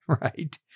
right